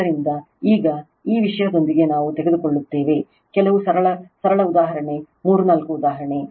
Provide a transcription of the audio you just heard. ಆದ್ದರಿಂದ ಈಗ ಈ ವಿಷಯದೊಂದಿಗೆ ನಾವು ತೆಗೆದುಕೊಳ್ಳುತ್ತೇವೆ ಕೆಲವು ಸರಳ ಸರಳ ಉದಾಹರಣೆ ಮೂರು ನಾಲ್ಕು ಉದಾಹರಣೆ